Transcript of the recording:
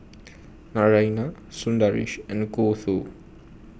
Naraina Sundaresh and Gouthu